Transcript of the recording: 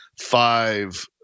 five